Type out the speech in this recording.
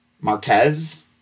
Marquez